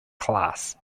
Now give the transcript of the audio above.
class